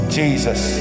jesus